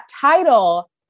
title